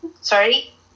Sorry